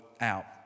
out